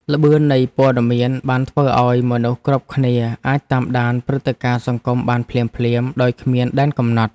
ល្បឿននៃព័ត៌មានបានធ្វើឱ្យមនុស្សគ្រប់គ្នាអាចតាមដានព្រឹត្តិការណ៍សង្គមបានភ្លាមៗដោយគ្មានដែនកំណត់។